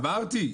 אמרתי.